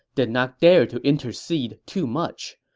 did not dare to intercede too much.